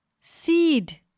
seed